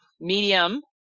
Medium